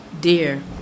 Dear